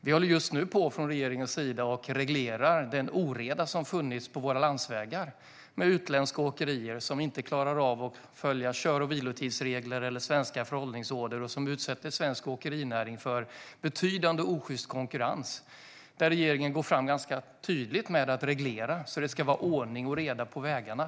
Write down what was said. Från regeringens sida håller vi just nu på att reglera den oreda som har funnits på våra landvägar, med utländska åkerier som inte klarar av att följa kör och vilotidsregler eller svenska förhållningsorder och som utsätter svensk åkerinäring för betydande osjyst konkurrens. Här går regeringen fram ganska tydligt med att reglera så att det ska vara ordning och reda på vägarna.